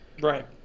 right